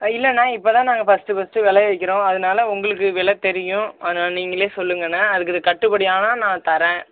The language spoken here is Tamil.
ஆ இல்லைண்ணா இப்போ தான் நாங்கள் ஃபஸ்ட்டு ஃபஸ்ட்டு விளைய வைக்கிறோம் அதனால உங்களுக்கு விலைத் தெரியும் அதனால் நீங்களே சொல்லுங்கண்ணா அதுக்கு இது கட்டுப்படியான நான் தர்றேன்